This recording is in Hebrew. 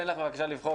אם זה אפילו מרכז,